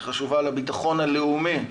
שחשובה לביטחון הלאומי,